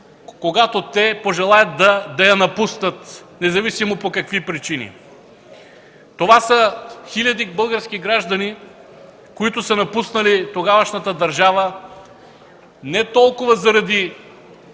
когато те пожелаят да я напуснат, независимо по какви причини. Това са хиляди български граждани, напуснали тогавашната държава, не толкова заради